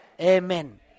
Amen